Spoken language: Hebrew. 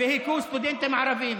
והכו סטודנטים ערבים.